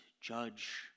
judge